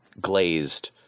glazed